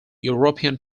european